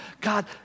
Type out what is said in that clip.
God